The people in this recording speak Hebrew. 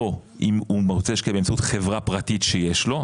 או אם הוא רוצה להשקיע באמצעות חברה פרטית שיש לו,